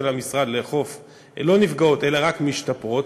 המשרד לאכוף לא נפגעות אלא רק משתפרות,